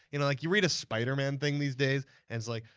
you know like, you read a spider-man thing these days and it's like,